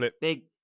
Big